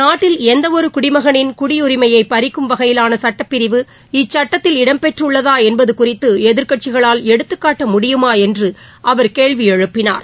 நாட்டில் எந்தவொரு குடிமகனின் குடியுரிமையைப் பறிக்கும் வகையிலான சட்டப்பிரிவு இச்சட்டத்தில் இடம்பெற்றுள்ளதா என்பது குறித்து எதிர்க்கட்சிகளால் எடுத்துக் காட்ட முடியுமா என்று அவர் கேள்வி எழுப்பினார்